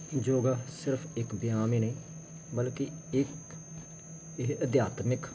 ਯੋਗਾ ਸਿਰਫ ਇੱਕ ਵਿਆਮ ਹੀ ਨਹੀਂ ਬਲਕਿ ਇੱਕ ਇਹ ਅਧਿਆਤਮਿਕ